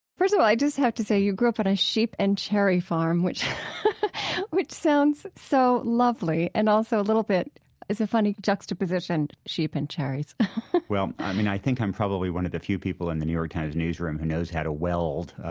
first of all, i just have to say you grew up on a sheep and cherry farm, which which sounds so lovely and also a little bit is a funny juxtaposition sheep and cherries well, i mean, i think i'm probably one of the few people in the new york times newsroom who knows how to weld